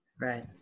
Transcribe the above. Right